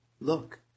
look